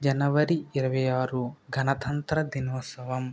జనవరి ఇరవై ఆరు గణతంత్ర దినోత్సవం